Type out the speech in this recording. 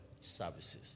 services